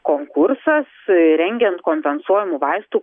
konkursas rengiant kompensuojamų vaistų